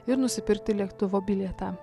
ir nusipirkti lėktuvo bilietą